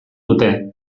dute